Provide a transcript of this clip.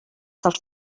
dels